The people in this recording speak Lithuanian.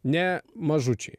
ne mažučiai